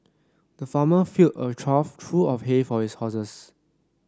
the farmer filled a trough true of hay for his horses